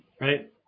Right